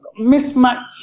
mismatch